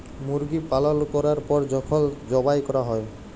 মুরগি পালল ক্যরার পর যখল যবাই ক্যরা হ্যয়